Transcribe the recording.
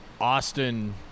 Austin –